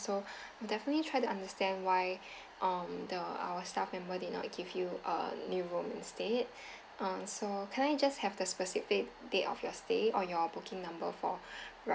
so definitely try to understand why um the our staff member did not give you a new room instead um so can I just have the specific date of your stay or your booking number for